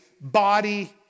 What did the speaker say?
body